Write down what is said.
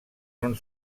són